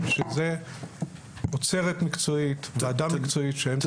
שזה אוצרת מקצועית ואדם מקצועי שהם צריכים להחליט.